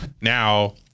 now